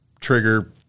trigger